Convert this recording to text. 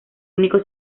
único